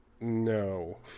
No